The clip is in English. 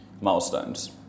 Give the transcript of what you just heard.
milestones